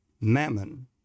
mammon